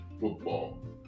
football